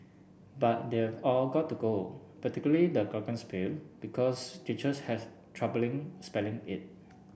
but they've all got to go particularly the glockenspiel because teachers has troubling spelling it